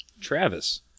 Travis